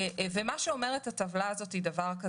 הטבלה הזאת אומרת: